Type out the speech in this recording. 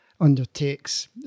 undertakes